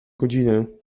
godzinę